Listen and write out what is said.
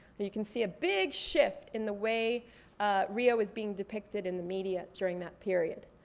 you can see a big shift in the way rio is being depicted in the media during that period.